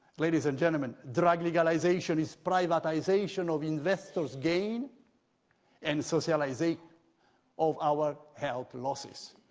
ladies and gentleman, drug legalization is privatization of investors gain and socializing of our health losses.